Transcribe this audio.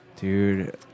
dude